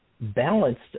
balanced